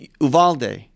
Uvalde